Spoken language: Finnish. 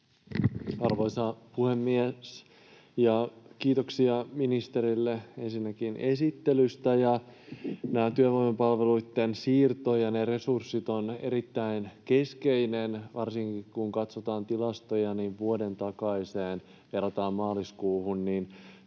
Arvoisa puhemies! Ensinnäkin kiitoksia ministerille esittelystä. Työvoimapalveluitten siirto ja ne resurssit on erittäin keskeinen asia. Varsinkin kun katsotaan tilastoja ja verrataan vuoden takaiseen maaliskuuhun,